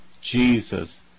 Jesus